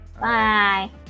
Bye